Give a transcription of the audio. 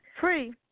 free